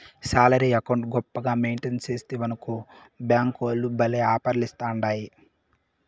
salary account గొప్పగా maintain సేస్తివనుకో బ్యేంకోల్లు భల్లే ఆపర్లిస్తాండాయి